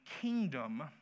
kingdom